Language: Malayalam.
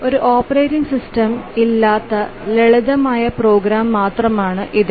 ഒരു ഓപ്പറേറ്റിംഗ് സിസ്റ്റം ഇല്ലാത്ത ലളിതമായ പ്രോഗ്രാം മാത്രമാണ് ഇത്